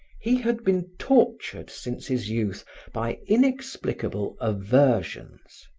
he had been tortured since his youth by inexplicable aversions,